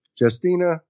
Justina